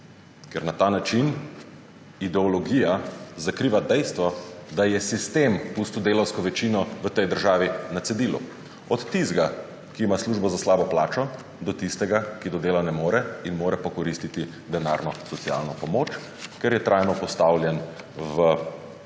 Ker na ta način ideologija zakriva dejstvo, da je sistem pustil delavsko večino v tej državi na cedilu, od tistega, ki ima službo za slabo plačo, do tistega, ki do dela ne more in mora pokoristiti denarno socialno pomoč, ker je trajno postavljen v položaj